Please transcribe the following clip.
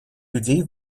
людей